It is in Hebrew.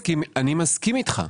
אני מסכים איתך.